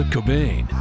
Cobain